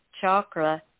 Chakra